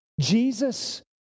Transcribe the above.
Jesus